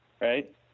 right